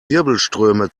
wirbelströme